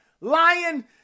lying